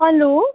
hello